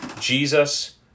Jesus